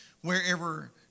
wherever